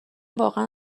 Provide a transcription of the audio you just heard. واقعا